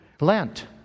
Lent